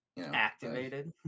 Activated